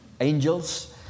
angels